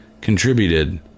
contributed